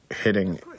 hitting